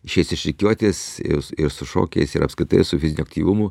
išėjęs iš rikiuotės ir su šokiais ir apskritai su fiziniu aktyvumu